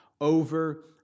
over